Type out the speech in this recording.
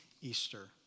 Easter